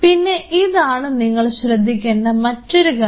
പിന്നെ ഇതാണ് നിങ്ങൾ ശ്രദ്ധിക്കേണ്ട മറ്റൊരു കാര്യം